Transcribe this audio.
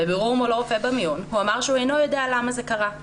בבירור מול הרופא במיון הוא אמר שאינו יודע למה זה קרה.